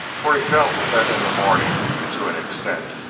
for he felt that in the morning, to an extent,